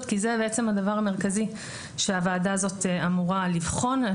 כי זה בעצם הדבר המרכזי שהוועדה הזאת אמורה לבחון.